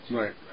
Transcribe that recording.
right